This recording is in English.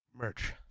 Merch